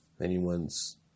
anyone's